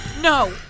no